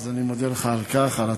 אני מודה לך על התזכורת.